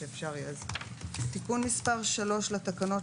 תיקון מס' 3 לתקנות,